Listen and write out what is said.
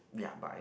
ya but I